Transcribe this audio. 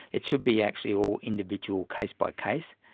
it should be actually all individual case-by-case,